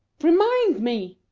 remind me!